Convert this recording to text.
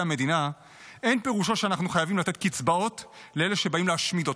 המדינה אין פירושו שאנחנו חייבים לתת קצבאות לאלה שבאים להשמיד אותנו.